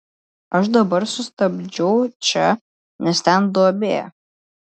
aš dabar sustabdžiau čia nes ten duobė